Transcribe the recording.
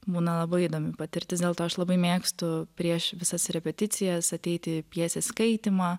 būna labai įdomi patirtis dėl to aš labai mėgstu prieš visas repeticijas ateiti pjesės skaitymą